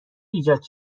ایجاد